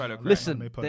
Listen